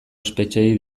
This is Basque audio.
espetxeei